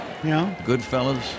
Goodfellas